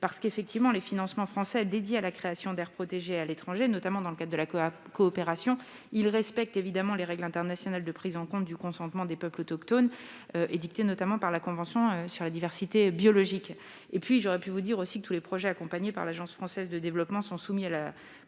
En effet, les financements français consacrés à la création d'aires protégées à l'étranger, notamment dans le cadre de la coopération, respectent les règles internationales de prise en compte du consentement des peuples autochtones, édictées notamment par la Convention sur la diversité biologique. J'aurais pu également vous dire que tous les projets accompagnés par l'Agence française de développement sont soumis à la politique